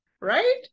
right